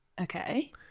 Okay